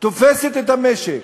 את המשק,